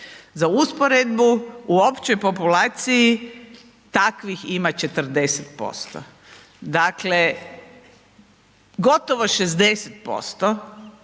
Za usporedbu u općoj populaciji takvih ima 40% dakle, gotovo 60%